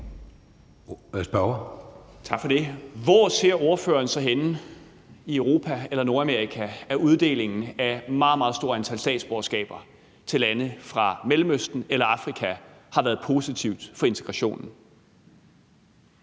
Hvor ser ordføreren så i Europa eller Nordamerika at uddelingen af et meget, meget stort antal statsborgerskaber til personer fra lande i Mellemøsten eller Afrika har været positivt for integrationen?